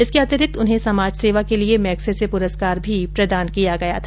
इसके अतिरिक्त उन्हें समाजसेवा के लिए मैगससे पुरस्कार भी प्रदान किया गया था